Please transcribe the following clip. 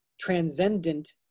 transcendent